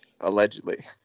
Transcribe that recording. allegedly